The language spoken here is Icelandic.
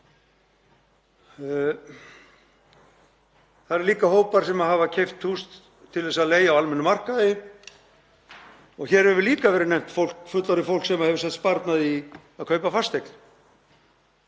Það eru líka hópar sem hafa keypt hús til að leigja á almennum markaði og hér hefur líka verið nefnt fólk, fullorðið fólk, sem hefur sett sparnað í að kaupa fasteign,